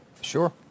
Sure